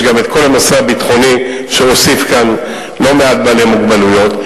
ויש גם כל הנושא הביטחוני שהוסיף כאן לא מעט בעלי מוגבלות,